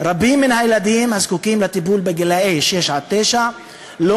רבים מן הילדים הזקוקים לטיפול בגילי שש עד תשע לא